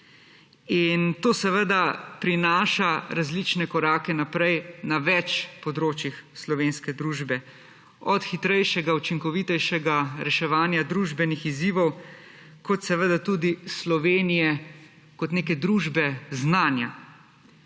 To seveda prinaša različne korake naprej na več področjih slovenske družbe: od hitrejšega, učinkovitejšega reševanja družbenih izzivov kot seveda tudi Slovenije kot neke družbe znanja,